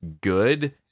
good